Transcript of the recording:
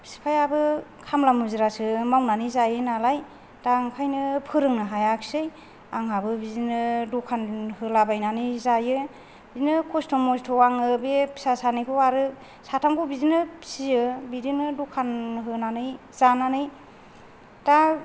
बिफायाबो खामला मुजिरासो मावनानै जायो नालाय दा ओंखायनो फोरोंनो हायाखिसै आंहाबो बिदिनो दखान होलाबायनानै जायो बिदिनो खस्थ' मस्थ' आङो बे फिसा सानैखौ आरो साथामखौ बिदिनो फिसियो बिदिनो दखान होनानै जानानै दा